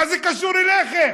מה זה קשור אליכם?